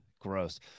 Gross